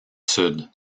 sud